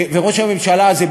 וראש הממשלה הזה,